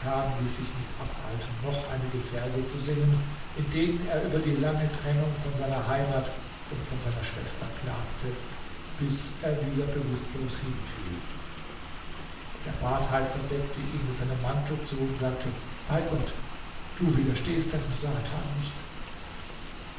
ließ sich nicht abhalten noch einige verse zu singen in denen er über die lange trennung von seiner heimat und von seiner schwester klagte bis er wieder bewußtlos hinfiel der badheizer deckte ihn mit seinem mantel zu und sagte bei gott du widerstehst deinem satan nicht